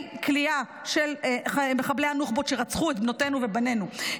כליאה של מחבלי הנוח'בות שרצחו את בנותינו ואת בנינו,